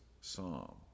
psalm